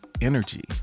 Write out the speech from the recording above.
energy